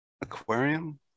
aquarium